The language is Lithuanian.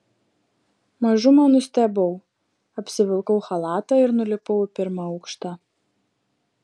mažumą nustebau apsivilkau chalatą ir nulipau į pirmą aukštą